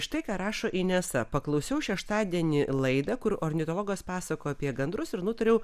štai ką rašo inesa paklausiau šeštadienį laidą kur ornitologas pasakojo apie gandrus ir nutariau